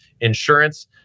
insurance